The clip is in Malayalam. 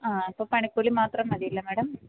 അ അപ്പോൾ പണിക്കൂലി മാത്രം മതി അല്ലേ മാഡം